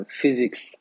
physics